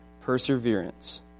perseverance